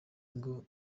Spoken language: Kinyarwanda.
ngo